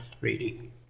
reading